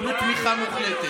חבר הכנסת מיכל שיר,